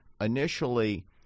initially